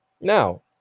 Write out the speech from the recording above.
Now